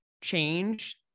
change